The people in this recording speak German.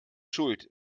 schuld